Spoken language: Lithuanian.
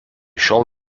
šiol